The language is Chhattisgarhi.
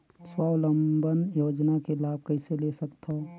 स्वावलंबन योजना के लाभ कइसे ले सकथव?